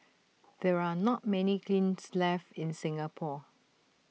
there are not many kilns left in Singapore